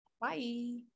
Bye